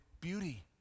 beauty